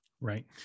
Right